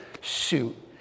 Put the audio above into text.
Shoot